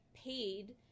paid